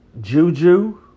Juju